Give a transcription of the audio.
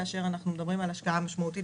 כאשר אנחנו מדברים על השקעה משמעותית